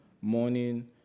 morning